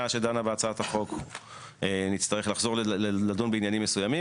שדנה בהצעת החוק נצטרך לחזור לדון בעניינים מסוימים.